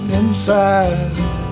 inside